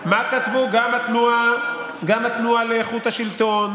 מה כתבו גם התנועה לאיכות השלטון,